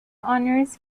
honors